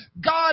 God